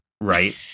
right